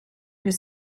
his